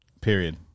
Period